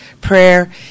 prayer